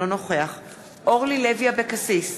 אינו נוכח אורלי לוי אבקסיס,